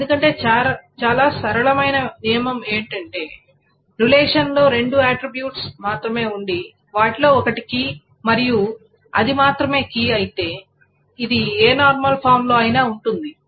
ఎందుకంటే చాలా సరళమైన నియమం ఏమిటంటే రిలేషన్ లో రెండు ఆట్రిబ్యూట్స్ మాత్రమే ఉండి వాటిలో ఒకటి కీ మరియు అది మాత్రమే కీ అయితే ఇది ఏ నార్మల్ ఫామ్ లో అయినా ఉంటుంది